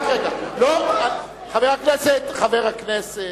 חבר הכנסת,